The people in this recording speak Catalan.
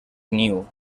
niu